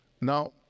now